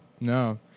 No